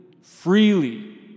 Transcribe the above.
freely